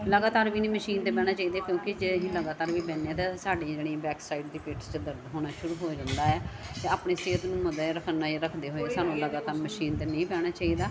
ਲਗਾਤਾਰ ਵੀ ਨਹੀਂ ਮਸ਼ੀਨ 'ਤੇ ਬਹਿਣਾ ਚਾਹੀਦਾ ਕਿਉਂਕਿ ਜੇ ਅਸੀਂ ਲਗਾਤਾਰ ਵੀ ਬਹਿੰਦੇ ਹਾਂ ਤਾਂ ਸਾਡੀ ਯਾਨੀ ਬੈਕ ਸਾਈਡ ਦੀ ਪਿੱਠ 'ਚ ਦਰਦ ਹੋਣਾ ਸ਼ੁਰੂ ਹੋ ਜਾਂਦਾ ਹੈ ਆਪਣੀ ਸਿਹਤ ਨੂੰ ਮਜ਼ਾ ਰੱਖਣ ਨਾਲ ਰੱਖਦੇ ਹੋਏ ਸਾਨੂੰ ਲਗਾਤਾਰ ਮਸ਼ੀਨ 'ਤੇ ਨਹੀਂ ਬਹਿਣਾ ਚਾਹੀਦਾ